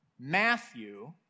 Matthew